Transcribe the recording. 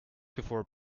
before